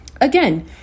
Again